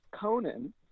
Conan